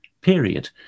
period